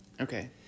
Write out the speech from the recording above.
Okay